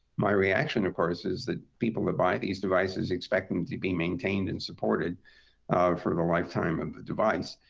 my reaction, of course, is that people that buy these devices expect them to be maintained and supported for the lifetime of the device.